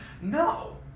No